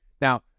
Now